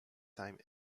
time